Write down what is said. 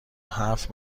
هفت